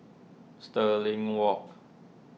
Stirling Walk